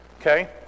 Okay